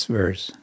verse